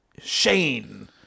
Shane